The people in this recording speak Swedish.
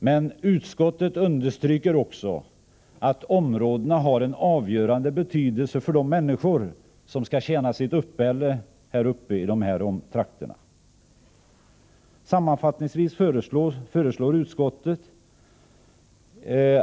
Men utskottet understryker också att de har en avgörande betydelse för de människor som skall tjäna sitt uppehälle i dessa trakter.